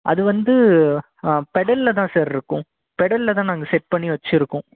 அது வந்து பெடலில் தான் சார் இருக்கும் பெடலில் தான் நாங்கள் செட் பண்ணி வச்சுருக்கோம்